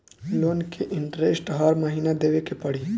Loan के interest हर महीना देवे के पड़ी?